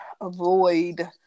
avoid